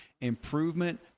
Improvement